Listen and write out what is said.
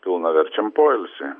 pilnaverčiam poilsiui